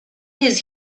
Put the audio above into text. his